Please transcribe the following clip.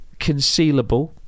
concealable